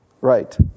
Right